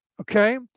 Okay